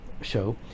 show